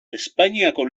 espainiako